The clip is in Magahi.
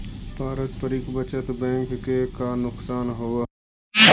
पारस्परिक बचत बैंक के का नुकसान होवऽ हइ?